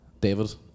David